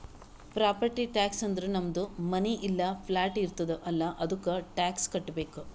property tax ಅಂದುರ್ ನಮ್ದು ಮನಿ ಇಲ್ಲಾ ಪ್ಲಾಟ್ ಇರ್ತುದ್ ಅಲ್ಲಾ ಅದ್ದುಕ ಟ್ಯಾಕ್ಸ್ ಕಟ್ಟಬೇಕ್